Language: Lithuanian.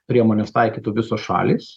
priemones taikytų visos šalys